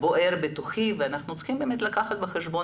בוער בתוכי ואנחנו צריכים באמת לקחת בחשבון